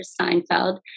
Seinfeld